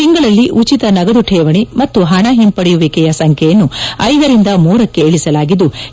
ತಿಂಗಳಲ್ಲಿ ಉಚಿತ ನಗದು ಶೇವಣಿ ಮತ್ತು ಹಣ ಹಿಂಪಡೆಯುವಿಕೆಯ ಸಂಖ್ಯೆಯನ್ನು ಐದರಿಂದ ಮೂರಕ್ಷೆ ಇಳಿಸಲಾಗಿದ್ಲು